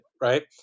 right